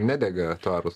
nedega tvarūs